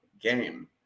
game